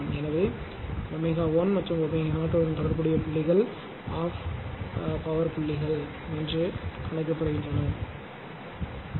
எனவே ω 1 மற்றும் ω o உடன் தொடர்புடைய புள்ளிகள் 12 பவர்புள்ளிகள் என்று அழைக்கப்படுகின்றன